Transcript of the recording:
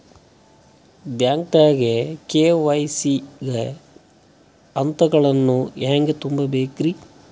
ಬ್ಯಾಂಕ್ದಾಗ ಕೆ.ವೈ.ಸಿ ಗ ಹಂತಗಳನ್ನ ಹೆಂಗ್ ತುಂಬೇಕ್ರಿ?